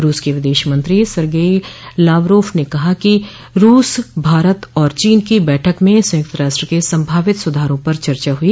रूस के विदेश मंत्री सर्गेई लावरोफ ने कहा कि रूस भारत और चीन की बैठक में संयुक्त राष्ट्र के संभावित सुधारों पर चर्चा हुई